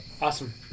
awesome